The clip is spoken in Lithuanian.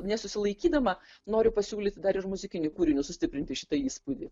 nesusilaikydama noriu pasiūlyti dar ir muzikiniu kūriniu sustiprinti šitą įspūdį